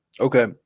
Okay